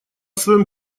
своем